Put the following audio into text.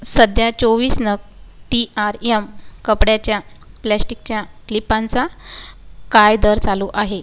सध्या चोवीस नग टी आर यम कपड्याच्या प्लॅस्टिकच्या क्लिपांचा काय दर चालू आहे